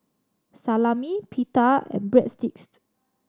Salami Pita and Breadsticks